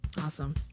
Awesome